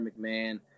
mcmahon